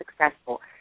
successful